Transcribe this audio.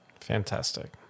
Fantastic